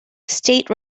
state